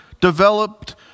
developed